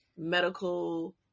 medical